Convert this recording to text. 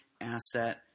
asset